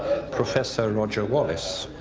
professor roger wallis.